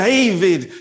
David